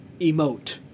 emote